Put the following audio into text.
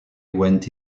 went